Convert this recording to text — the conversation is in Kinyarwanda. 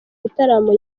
bitaramo